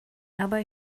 aber